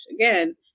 again